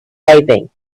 arriving